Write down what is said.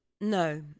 No